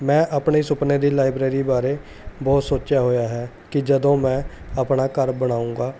ਮੈਂ ਆਪਣੇ ਸੁਪਨੇ ਦੀ ਲਾਈਬ੍ਰੇਰੀ ਬਾਰੇ ਬਹੁਤ ਸੋਚਿਆ ਹੋਇਆ ਹੈ ਕਿ ਜਦੋਂ ਮੈਂ ਆਪਣਾ ਘਰ ਬਣਾਉਂਗਾ